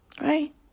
Right